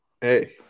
Hey